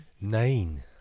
Nine